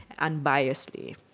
unbiasedly